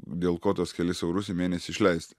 dėl ko tuos kelis eurus į mėnesį išleist